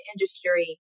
industry